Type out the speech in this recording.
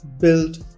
build